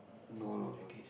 no no no